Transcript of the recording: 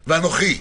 ואנוכי.